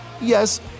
yes